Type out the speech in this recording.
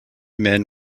men